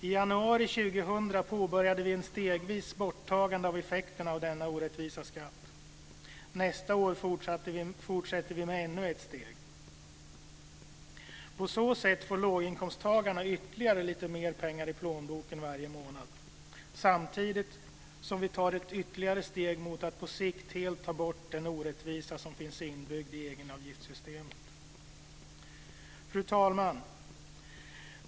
I januari 2000 påbörjade vi ett stegvis borttagande av effekterna av denna orättvisa skatt. Nästa år fortsätter vi med ännu ett steg. På så sätt får låginkomsttagarna ytterligare lite mer pengar i plånboken varje månad samtidigt som vi tar ytterligare ett steg mot att på sikt helt ta bort den orättvisa som finns inbyggd i egenavgiftssystemet. Fru talman!